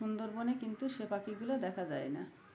সুন্দরবনে কিন্তু সে পাখিগুলো দেখা যায় না